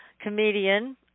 comedian